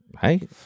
Hey